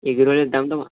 এগরোলের দামটা